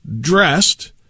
dressed